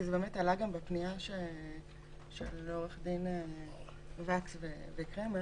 כי זה עלה גם בפנייה של עורכי הדין וכס וקרמר.